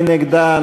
מי נגדה?